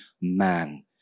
man